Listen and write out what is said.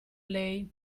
lei